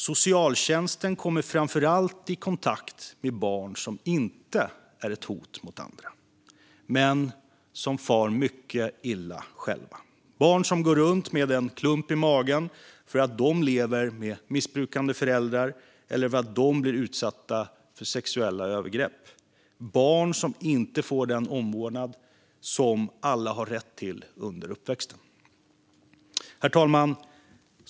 Socialtjänsten kommer framför allt i kontakt med barn som inte är ett hot mot andra, men som far mycket illa själva. Det är barn som går runt med en klump i magen för att de lever med missbrukande föräldrar eller blir utsatta för sexuella övergrepp. Det är barn som inte får den omvårdnad som alla har rätt till under uppväxten. Herr talman!